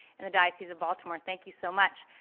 and the diocese of baltimore. thank you, so much.